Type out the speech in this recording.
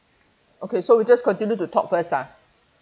okay so we just continue to talk fist ah